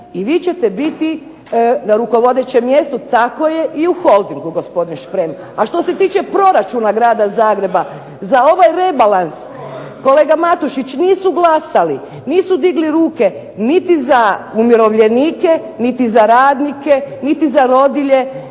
i vi ćete biti na rukovodećem mjestu, tako je, i u Holdingu gospodine Šprem. A što se tiče proračuna grada Zagreba. Za ovaj rebalans kolega Matušić nisu glasali, nisu digli ruke, niti za umirovljenike, niti za radnike, niti za rodilje,